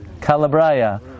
Calabria